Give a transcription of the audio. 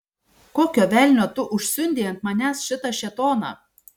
kokio velnio tu užsiundei ant manęs šitą šėtoną